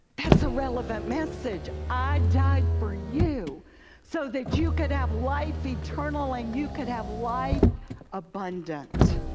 that's a relevant message. i died for you so that you could have life eternal, and you could have life abundant.